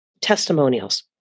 testimonials